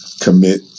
commit